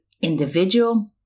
individual